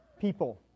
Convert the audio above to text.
people